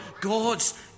God's